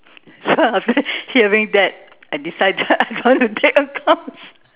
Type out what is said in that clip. so after hearing that I decided I don't want to take accounts